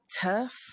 tough